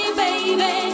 baby